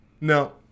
no